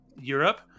Europe